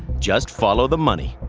just follow the money.